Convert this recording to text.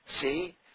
See